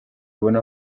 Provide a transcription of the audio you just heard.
babone